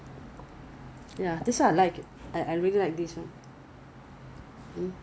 you have to wet but your face with toner first then you apply mask so it is easily absorbed